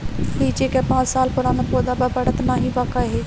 लीची क पांच साल पुराना पौधा बा बढ़त नाहीं बा काहे?